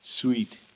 Sweet